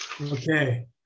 Okay